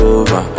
over